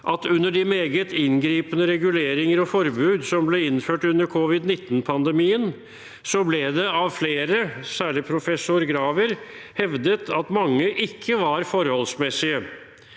at under de meget inngripende reguleringer og forbud som ble innført under covid-19pandemien, ble det av flere, særlig professor Graver, hevdet at mange ikke var forholdsmessige.